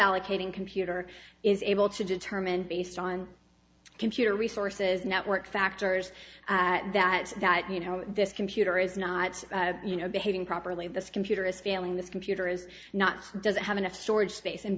allocating computer is able to determine based on computer resources network factors that that you know this computer is not you know behaving properly this computer is failing this computer is not doesn't have enough storage space and